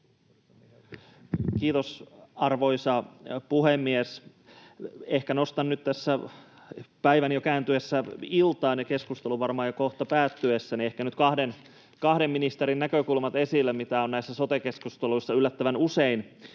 Kiitos, arvoisa puhemies! Ehkä nostan nyt tässä päivän jo kääntyessä iltaan ja keskustelun varmaan jo kohta päättyessä esille kahden ministerin näkökulmat, mitkä ovat näissä sote-keskusteluissa yllättävän usein